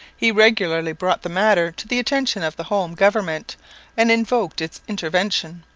he regularly brought the matter to the attention of the home government and invoked its intervention.